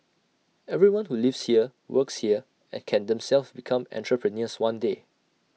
everyone who lives here works here and can themselves become entrepreneurs one day